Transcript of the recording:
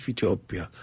Ethiopia